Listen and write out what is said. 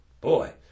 boy